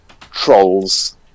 Trolls